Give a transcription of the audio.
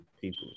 people